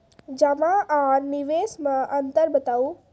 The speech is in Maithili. जमा आर निवेश मे अन्तर बताऊ?